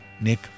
Nick